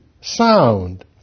sound